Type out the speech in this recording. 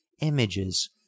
images